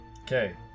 Okay